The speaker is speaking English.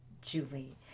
Julie